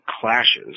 clashes